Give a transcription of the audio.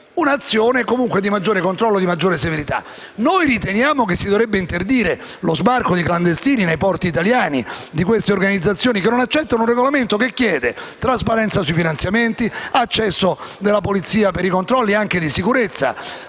delle sedute di Camera e Senato su questi temi). Noi riteniamo che si dovrebbe interdire lo sbarco di clandestini nei porti italiani tramite queste organizzazioni che non accettano un regolamento che chiede trasparenza sui finanziamenti, accesso della polizia per i controlli e la sicurezza.